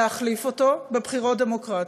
להחליף אותו בבחירות דמוקרטיות,